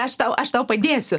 aš tau aš tau padėsiu